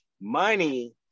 money